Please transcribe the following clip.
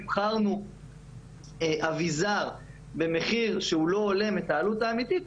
תמחרנו אביזר במחיר שלא הולם את העלות האמיתית,